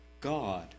God